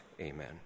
amen